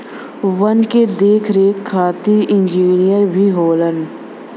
वन के देख रेख खातिर इंजिनियर भी होलन